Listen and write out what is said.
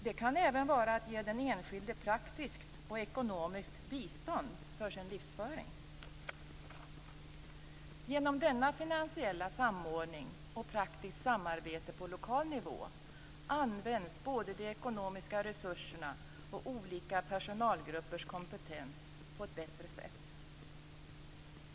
Det kan även innebära att man ger den enskilde praktiskt och ekonomiskt bistånd för sin livsföring. Genom denna finansiella samordning och genom praktiskt samarbete på lokal nivå används både de ekonomiska resurserna och olika personalgruppers kompetens på ett bättre sätt.